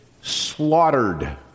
slaughtered